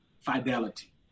fidelity